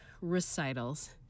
recitals